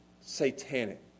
satanic